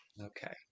okay